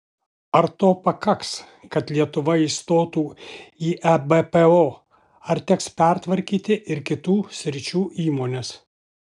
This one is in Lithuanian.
ar to pakaks kad lietuva įstotų į ebpo ar teks pertvarkyti ir kitų sričių įmones